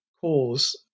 cause